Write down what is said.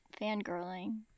fangirling